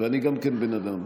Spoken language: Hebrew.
ואני גם כן בן אדם.